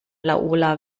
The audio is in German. laola